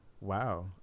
Wow